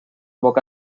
boca